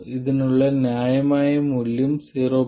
ഇതിനുള്ള ന്യായമായ മൂല്യം 0